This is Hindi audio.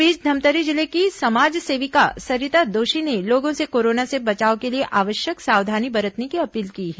इस बीच धमतरी जिले की समाजसेविका सरिता दोषी ने लोगों से कोरोना से बचाव के लिए आवश्यक सावधानी बरतने की अपील की है